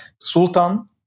sultan